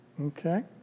Okay